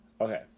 Okay